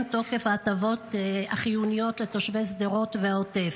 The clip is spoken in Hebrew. תוקפן של ההטבות החיוניות לתושבי העוטף.